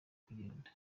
kugenda